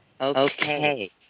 Okay